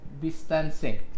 distancing